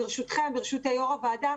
ברשות יו"ר הוועדה,